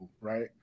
right